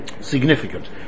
significant